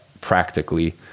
practically